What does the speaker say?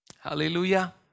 Hallelujah